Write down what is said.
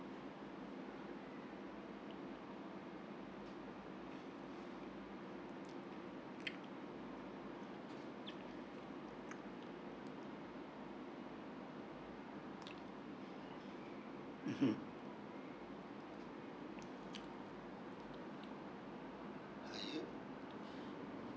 mmhmm